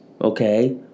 Okay